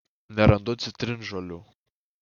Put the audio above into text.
nerandu citrinžolių